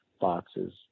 boxes